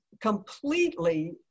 completely